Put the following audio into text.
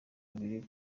babiri